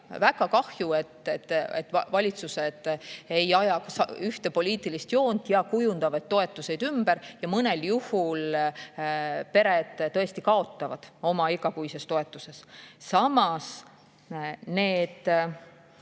väga kahju, et valitsused ei aja ühte poliitilist joont ja kujundavad toetuseid ümber ja mõnel juhul pered tõesti kaotavad oma igakuises toetuses. Samas on